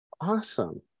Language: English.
awesome